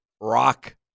rock